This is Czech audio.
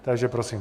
Takže prosím.